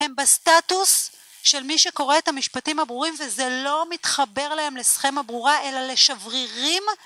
הם בסטטוס של מי שקורא את המשפטים הברורים וזה לא מתחבר להם לסכמה ברורה, אלא לשברירים